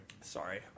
Sorry